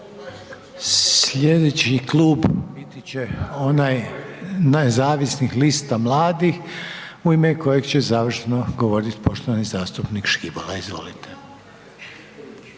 Slijedeći Klub biti će onaj nezavisnih lista mladih u ime kojeg će završno govorit poštovani zastupnik Škibola, izvolite.